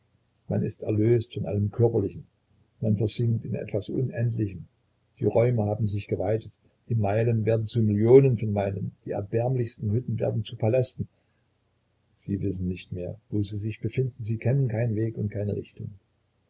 man ist erlöst von allem körperlichen man versinkt in etwas unendlichem die räume haben sich geweitet die meilen werden zu millionen von meilen die erbärmlichsten hütten werden zu palästen sie wissen nicht mehr wo sie sich befinden sie kennen keinen weg und keine richtung